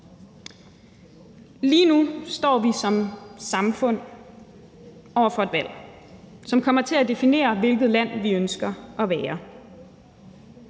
Lige nu står vi som samfund over for et valg, som kommer til at definere, hvilket land vi ønsker at være,